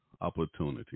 opportunity